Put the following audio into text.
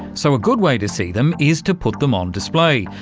so a good way to see them is to put them on display,